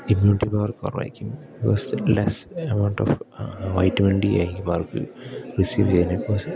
immunity power കുറവായിരിക്കും because less amount of vitamin D ആയിരിക്കും അവർക്ക് റിസീവ് ചെയ്യാൻ ബിക്കോസ്